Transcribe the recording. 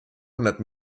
hundert